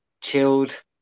chilled